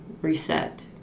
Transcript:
reset